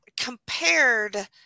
compared